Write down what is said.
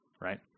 Right